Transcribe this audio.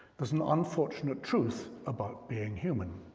there's an unfortunate truth about being human,